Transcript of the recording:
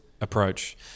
approach